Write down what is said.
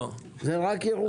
את זה רק ירוחם עשתה.